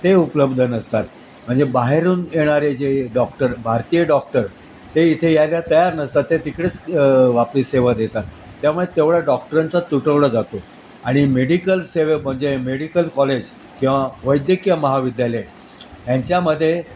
ते उपलब्ध नसतात म्हणजे बाहेरून येणारे जे डॉक्टर भारतीय डॉक्टर ते इथे यायला तयार नसतात ते तिकडेच आपली सेवा देतात त्यामुळे तेवढा डॉक्टरांचा तुटवडा जातो आणि मेडिकल सेवे म्हणजे मेडिकल कॉलेज किंवा वैद्यकीय महाविद्यालय यांच्यामध्ये